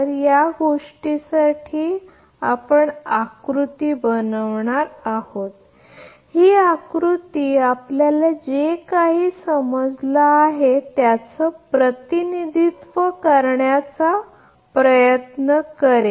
एकदा हे पूर्ण झाल्यावर या गोष्टीसाठी आकृती बनवणार आहोत ही आकृती आपल्याला जे काही समजलं आहे त्याचं प्रतिनिधित्व करण्याचा प्रयत्न करेल